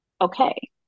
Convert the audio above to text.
okay